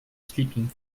sleeping